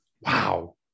Wow